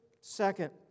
second